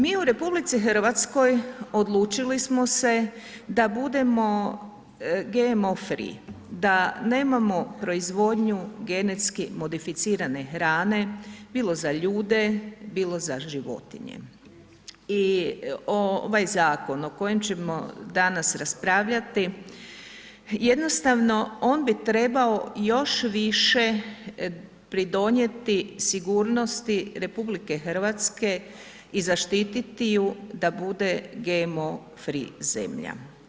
Mi u RH odlučili smo se da budemo GMO free, da nemamo proizvodnju GMO hrane, bilo za ljude, bilo za životinje i ovaj zakon o kojem ćemo danas raspravljati, jednostavno on bi trebao još više pridonijeti sigurnosti RH i zaštiti ju da bude GMO free zemlja.